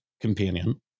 companion